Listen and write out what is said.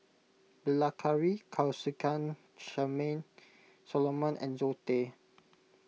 Bilahari Kausikan Charmaine Solomon and Zoe Tay